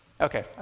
Okay